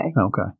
Okay